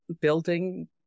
building